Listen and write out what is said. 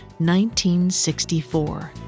1964